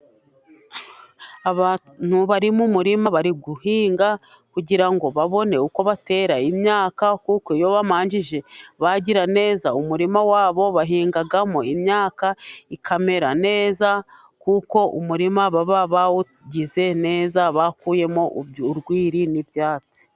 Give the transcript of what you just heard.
Abantu bari mu murima bari guhinga, kugira ngo babone uko batera imyaka, kuko iyo bamanjije bagiran neza umurima wabo, bahingamo imyaka ikamera neza, kuko umurima baba bawugize neza bakuyemo urwiri n'ibyatsi.